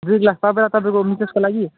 दुई गिलास तपाईँ र तपाईँको मिसेसको लागि